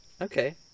Okay